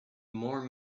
more